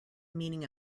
meaning